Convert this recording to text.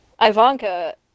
Ivanka